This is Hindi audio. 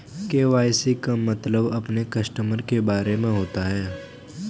के.वाई.सी का मतलब अपने कस्टमर के बारे में होता है